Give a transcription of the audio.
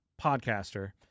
podcaster